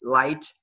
light